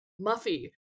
Muffy